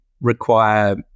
require